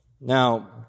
Now